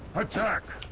attack